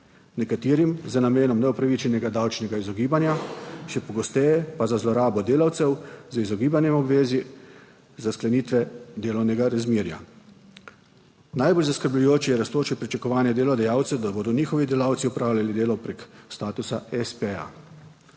Nekaterim z namenom neupravičenega davčnega izogibanja, še pogosteje pa za zlorabo delavcev z izogibanjem obvezi za sklenitve delovnega razmerja najbolj zaskrbljujoče je rastoče pričakovanje delodajalcev, da bodo njihovi delavci opravljali delo preko statusa